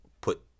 put